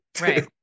right